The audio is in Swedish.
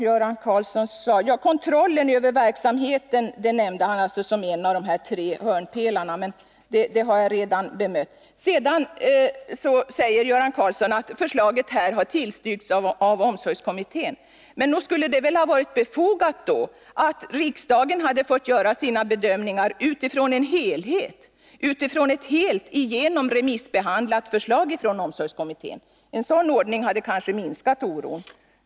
Göran Karlsson sade vidare att förslaget har tillstyrkts av omsorgskommittén. Men nog hade det väl då varit befogat att riksdagen hade fått göra sina bedömningar utifrån ett i sin helhet remissbehandlat förslag från omsorgskommittén? Ett sådant förslag hade kanske minskat oron.